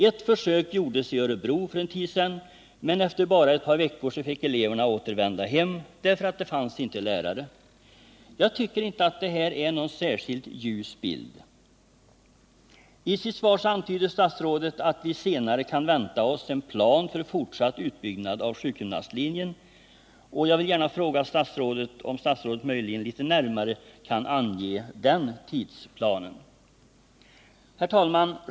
Ett försök gjordes i Örebro för en tid sedan, men efter bara ett par veckor fick eleverna återvända hem därför att det inte fanns lärare. Jag tycker inte att det här är någon särskilt ljus bild. I sitt svar antyder statsrådet att vi senare kan vänta oss en plan för fortsatt utbyggnad av sjukgymnastlinjen, och jag vill gärna fråga statsrådet om han — Nr 30 möjligen kan ange tidsplanen för detta litet närmare. Herr talman!